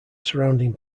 surrounding